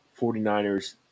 49ers